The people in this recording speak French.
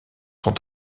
sont